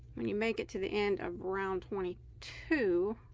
when you make it to the end of round twenty two,